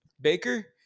Baker